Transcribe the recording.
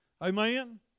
Amen